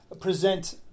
present